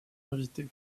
invité